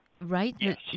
Right